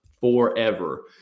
forever